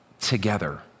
together